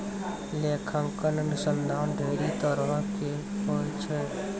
लेखांकन अनुसन्धान ढेरी तरहो के होय छै